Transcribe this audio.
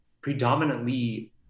predominantly